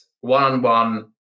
one-on-one